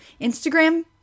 Instagram